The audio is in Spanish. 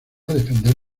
defender